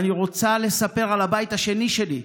ואני רוצה לספר על הבית השני שלי.